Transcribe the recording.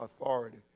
authority